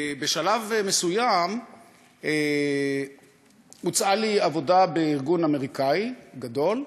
בשלב מסוים הוצעה לי עבודה בארגון אמריקני גדול,